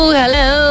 hello